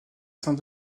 saint